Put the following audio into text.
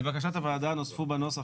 לבקשת הוועדה נוספו בנוסח,